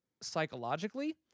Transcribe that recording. psychologically